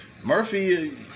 Murphy